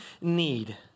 need